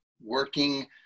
working